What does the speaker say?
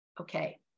Okay